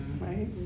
right